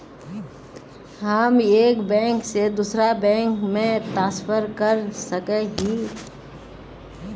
हम एक बैंक से दूसरा बैंक में ट्रांसफर कर सके हिये?